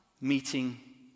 meeting